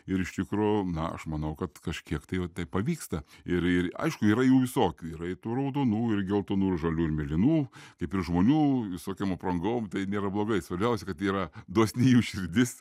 ir iš tikro na aš manau kad kažkiek tai va tai pavyksta ir ir aišku yra jų visokių yra ir tų raudonų ir geltonų ir žalių ir mėlynų kaip ir žmonių visokiom aprangom tai nėra blogai svarbiausia kad yra dosni jų širdis